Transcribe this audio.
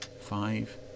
five